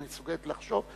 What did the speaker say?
היא מסוגלת לחשוב?